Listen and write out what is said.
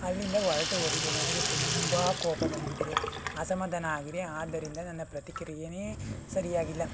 ಅಲ್ಲಿಂದ ಹೊರಟು ಹೋಗಿದೆ ನನಗೆ ತುಂಬ ಕೋಪ ಬಂದ್ಬಿಟ್ಟಿದೆ ಅಸಮಾಧಾನ ಆಗಿದೆ ಆದ್ದರಿಂದ ನನ್ನ ಪ್ರತಿಕ್ರಿಯೆನೇ ಸರಿಯಾಗಿಲ್ಲ